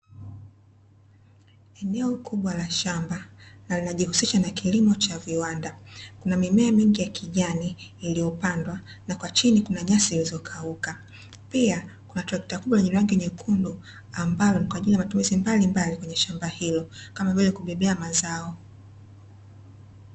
Eneo kubwa la shamba na linajihusisha na kilimo cha viwanda, kuna mimea mingi ya kijani iliyopandwa, na kwa chini kuna nyasi zilizokauka. Pia kuna trekta kubwa lenye rangi nyekundu, ambalo ni kwa ajili ya matumizi mbalimbali kwenye shamba hilo, kama vile kubebea mazao.